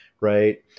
right